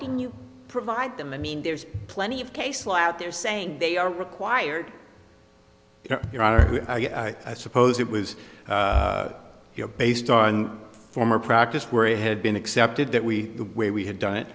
didn't you provide them i mean there's plenty of case law out there saying they are required i suppose it was you know based on former practice where it had been accepted that we where we had done it